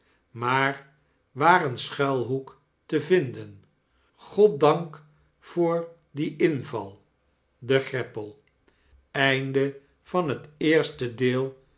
maar waar een schuilhoek te vinden goddank voor dien inval de greppel